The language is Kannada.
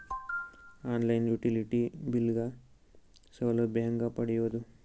ಆನ್ ಲೈನ್ ಯುಟಿಲಿಟಿ ಬಿಲ್ ಗ ಸೌಲಭ್ಯ ಹೇಂಗ ಪಡೆಯೋದು?